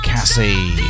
Cassie